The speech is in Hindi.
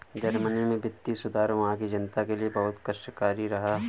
जर्मनी में वित्तीय सुधार वहां की जनता के लिए बहुत कष्टकारी रहा